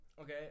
okay